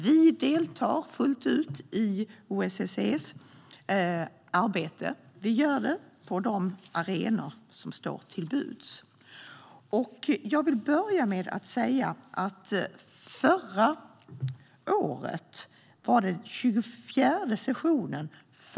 Vi deltar fullt ut i OSSE:s arbete, och vi gör det på de arenor som står till buds. Jag vill börja med att säga att förra året innebar OSSE:s tjugofjärde session.